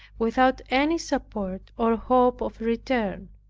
without any support, or hope of return!